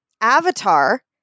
Avatar